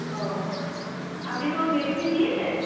ও আপনি কোনো মেডিসিন নিয়েছেন